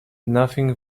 nothing